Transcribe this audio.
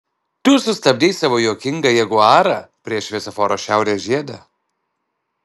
tu sustabdei savo juokingą jaguarą prie šviesoforo šiaurės žiede